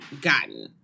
gotten